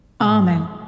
Amen